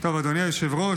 אדוני היושב-ראש,